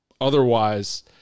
otherwise